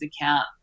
account